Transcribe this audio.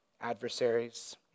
adversaries